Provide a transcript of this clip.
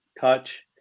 touch